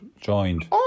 joined